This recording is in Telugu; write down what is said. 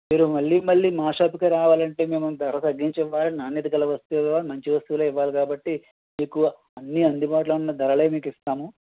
మీరు మళ్ళీ మళ్ళీ మా షాప్కే రావాలంటే మేము ధర తగ్గించి ఇవ్వాలి నాణ్యత గల వస్తువు మంచి వస్తువులే ఇవ్వాలి కాబట్టి మీకు అన్ని అందుబాటులో ఉన్న ధరలే మీకిస్తాను